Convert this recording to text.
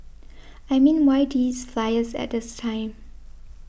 I mean why these flyers at this time